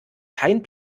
keinen